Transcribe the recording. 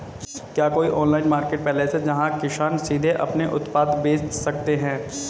क्या कोई online marketplace है जहां किसान सीधे अपने उत्पाद बेच सकते हैं?